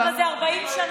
אבל זה 40 שנה.